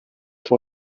for